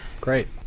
Great